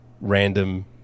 random